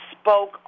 spoke